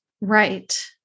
Right